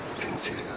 since he's